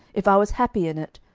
if i was happy in it,